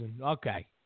Okay